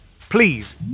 Please